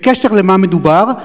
במה מדובר?